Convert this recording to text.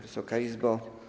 Wysoka Izbo!